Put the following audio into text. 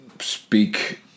speak